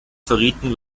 verrieten